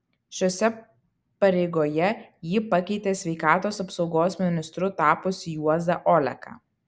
šiose pareigoje ji pakeitė sveikatos apsaugos ministru tapusį juozą oleką